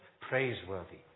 praiseworthy